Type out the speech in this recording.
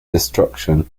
destruction